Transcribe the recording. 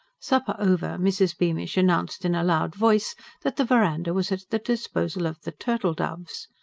supper over, mrs. bearnish announced in a loud voice that the verandah was at the disposal of the turtle-doves.